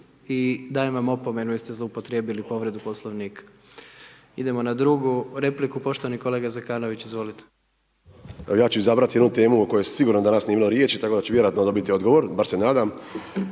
i dajem vam opomenu jer ste zloupotrijebili povredu Poslovnika. Idemo na drugu repliku, poštovani kolega Zekanović, izvolite. **Zekanović, Hrvoje (HRAST)** Ja ću izabrat jednu temu o kojoj sigurno danas nije bilo riječi tako da ću vjerojatno dobit odgovor, bar se nadam.